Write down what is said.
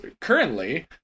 currently